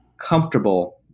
comfortable